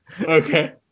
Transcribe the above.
Okay